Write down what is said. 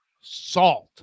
salt